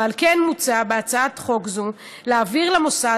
ועל כן מוצע בהצעת חוק זו להעביר למוסד